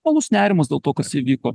uolus nerimas dėl to kas įvyko